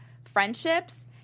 Friendships